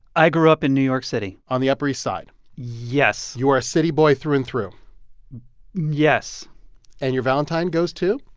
i grew up in new york city on the upper east side yes you are a city boy through and through yes and your valentine goes to.